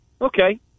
okay